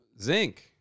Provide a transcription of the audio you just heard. Zinc